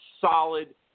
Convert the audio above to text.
solid